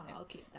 okay